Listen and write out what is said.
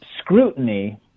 scrutiny